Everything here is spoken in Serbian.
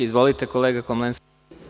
Izvolite, kolega Komlenski.